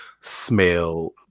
smell